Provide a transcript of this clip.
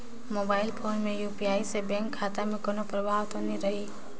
Mobile phone मे UPI से bank खाता मे कोनो प्रभाव तो नइ रही?